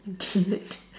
idiot